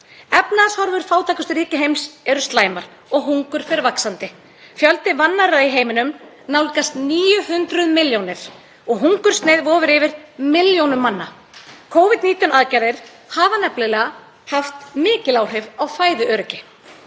Efnahagshorfur fátækustu ríkja heims eru slæmar og hungur fer vaxandi. Fjöldi vannærðra í heiminum nálgast 900 milljónir og hungursneyð vofir yfir milljónum manna. Covid-19 aðgerðir hafa nefnilega haft mikil áhrif á fæðuöryggi.